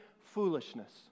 Foolishness